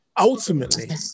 Ultimately